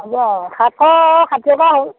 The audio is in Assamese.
হ'ব সাতশ ষাঠি টকা হ'ল